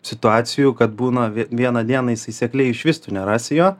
situacijų kad būna vie vieną dieną jisai sekliai išvis tu nerasi jo